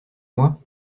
moi